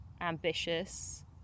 ambitious